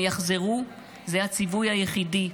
הם יחזרו, זה הציווי היחידי.